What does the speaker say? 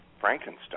Frankenstein